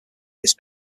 this